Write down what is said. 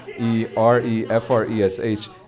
E-R-E-F-R-E-S-H